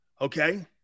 Okay